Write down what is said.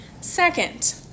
Second